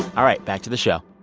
all right, back to the show